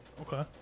Okay